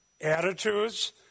attitudes